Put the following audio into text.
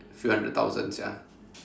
few hundred thousand sia